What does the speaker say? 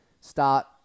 start